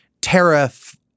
tariff